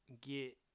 get